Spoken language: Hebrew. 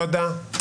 תודה.